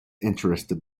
interested